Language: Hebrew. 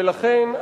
ולכן,